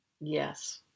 Yes